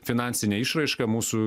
finansinė išraiška mūsų